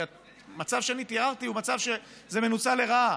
כי המצב שאני תיארתי הוא מצב שזה מנוצל לרעה.